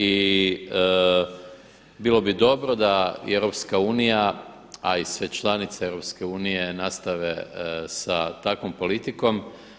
I bilo bi dobro da i EU a i sve članice EU nastave sa takvom politikom.